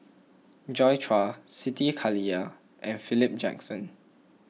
Joi Chua Siti Khalijah and Philip Jackson